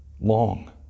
long